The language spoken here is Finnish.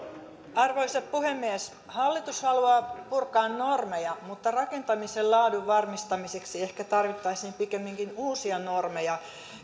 arvoisa puhemies hallitus haluaa purkaa normeja mutta rakentamisen laadun varmistamiseksi ehkä tarvittaisiin pikemminkin uusia normeja